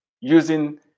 using